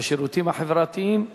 והשירותים החברתיים.